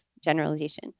generalization